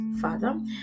father